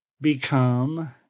become